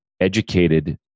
educated